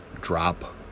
drop